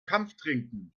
kampftrinken